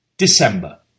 December